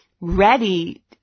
ready